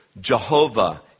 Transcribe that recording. Jehovah